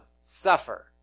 suffer